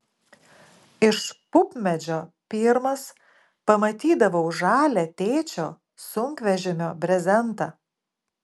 iš pupmedžio pirmas pamatydavau žalią tėčio sunkvežimio brezentą